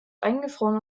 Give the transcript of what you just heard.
eingefroren